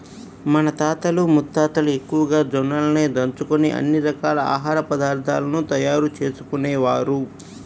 మన తాతలు ముత్తాతలు ఎక్కువగా జొన్నలనే దంచుకొని అన్ని రకాల ఆహార పదార్థాలను తయారు చేసుకునేవారు